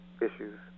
issues